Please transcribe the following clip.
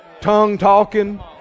tongue-talking